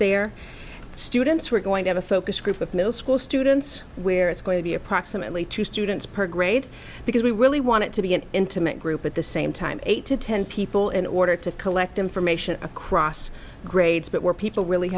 their students we're going to have a focus group of middle school students where it's going to be approximately two students per grade because we really want it to be an intimate group at the same time eight to ten people in order to collect information across grades but where people really